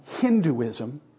Hinduism